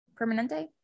Permanente